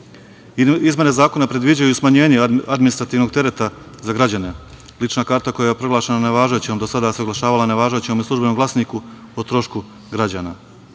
potpis. Izmene zakona predviđaju i smanjenje administrativnog tereta za građane. Lična karta koja je proglašena nevažećom do sada se oglašavala nevažećom u „Službenom glasniku“ o trošku građana.